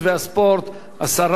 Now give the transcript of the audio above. השרה לימור לבנת.